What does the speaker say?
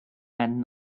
and